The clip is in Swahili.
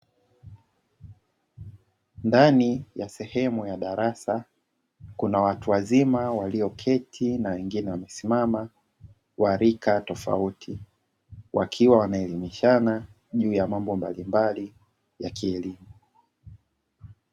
Ndani ya sehemu ya darasa. Kuna watu wazima walioketi na wengine wamesimama wa rika tofauti, wakiwa wanaelimishana juu ya mambo mbalimbali ya kielimu.